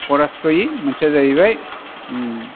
फरास्रय मोनसेया जाहैबाय उम